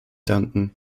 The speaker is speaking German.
danken